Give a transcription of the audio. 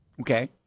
Okay